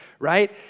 right